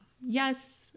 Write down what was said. Yes